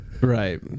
Right